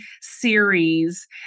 series